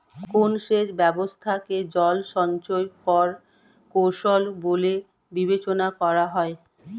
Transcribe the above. কোন সেচ ব্যবস্থা কে জল সঞ্চয় এর কৌশল বলে বিবেচনা করা হয়?